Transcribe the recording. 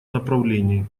направлении